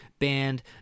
band